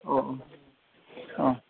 औ औ